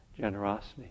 generosity